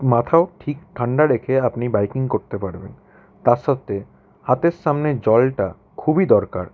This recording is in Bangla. মাথাও ঠিক ঠান্ডা রেখে আপনি বাইকিং করতে পারবেন তার সাথে হাতের সামনে জলটা খুবই দরকার